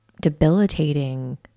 debilitating